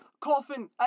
Coffin